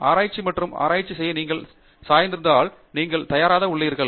ஆராய்ச்சி மற்றும் ஆராய்ச்சி செய்ய நீங்கள் சாய்ந்திருந்தால் நீங்கள் தயாராக உள்ளீர்கள்